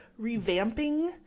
revamping